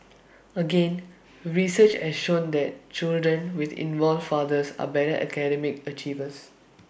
again research has shown that children with involved fathers are better academic achievers